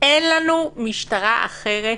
אין לנו משטרה אחרת.